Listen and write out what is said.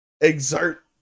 exert